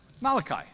Malachi